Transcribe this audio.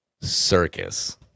circus